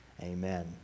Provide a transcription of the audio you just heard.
Amen